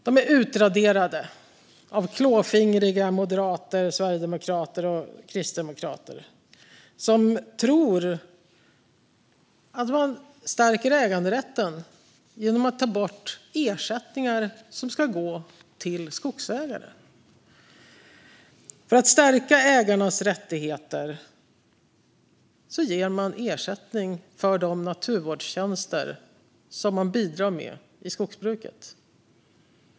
De är utraderade av klåfingriga moderater, sverigedemokrater och kristdemokrater, som tror att man stärker äganderätten genom att ta bort ersättningar som ska gå till skogsägare. För att stärka ägarnas rättigheter ger man ersättning för de naturvårdstjänster som de bidrar med i skogsbruket.